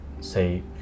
say